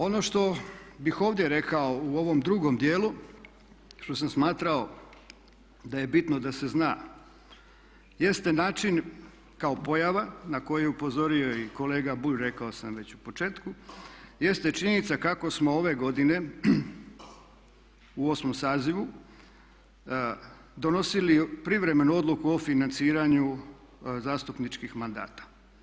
Ono što bih ovdje rekao u ovom drugom dijelu što sam smatrao da je bitno da se zna, jeste način kao pojava na koju je upozorio i kolega Bulj, rekao sam već u početku jeste činjenica kako smo ove godine u 8. sazivu donosili privremenu odluku o financiranju zastupničkih mandata.